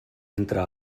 entre